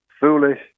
foolish